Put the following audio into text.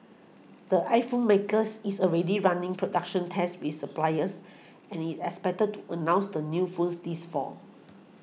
the iPhone makers is already running production tests with suppliers and is expected to announce the new phones this fall